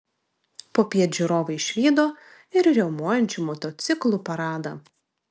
popiet žiūrovai išvydo ir riaumojančių motociklų paradą